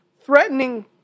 threatening